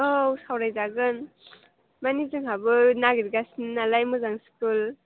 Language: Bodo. औ सावरायजागोन माने जोंहाबो नागिरगासिनो नालाय मोजां स्कुल